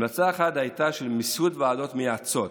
המלצה אחת הייתה שיהיה ייסוד ועדות מייעצות,